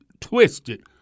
twisted